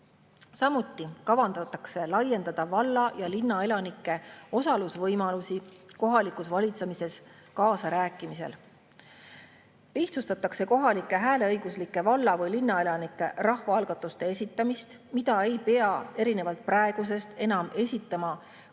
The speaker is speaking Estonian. Samuti kavandatakse laiendada valla‑ ja linnaelanike võimalusi kohalikus valitsemises kaasarääkimisel. Lihtsustatakse kohalike hääleõiguslike valla‑ või linnaelanike rahvaalgatuste esitamist, mida ei pea erinevalt praegusest enam esitama kohaliku